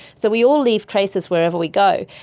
so we'll leave traces wherever we go.